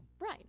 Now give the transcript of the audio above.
Right